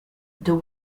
the